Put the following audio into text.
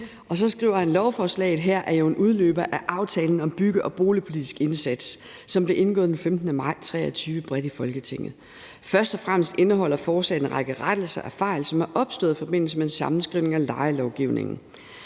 for ordet, formand. Lovforslaget her er jo en udløber af aftalen om bygge- og boligpolitisk indsats, som blev indgået den 15. maj 2023 bredt i Folketinget. Først og fremmest indeholder forslaget en række rettelser af fejl, som er opstået i forbindelse med en sammenskrivning af lejelovgivningen.